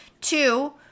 Two